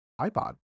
iPod